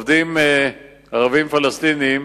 עובדים ערבים פלסטינים